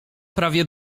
prawie